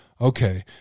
Okay